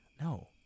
No